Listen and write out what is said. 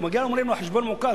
הוא מגיע ואומרים לו: החשבון מעוקל,